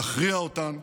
נכריע אותם,